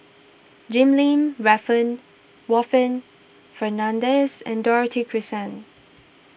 Jim Lim Warren Fernandez and Dorothy Krishnan